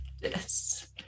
Yes